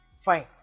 fine